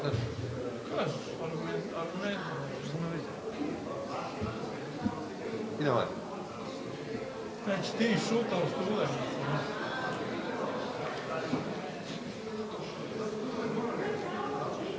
Hvala. Hvala. Hvala./...